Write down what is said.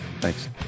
thanks